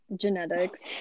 Genetics